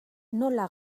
nola